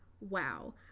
wow